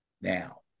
Now